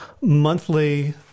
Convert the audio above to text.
monthly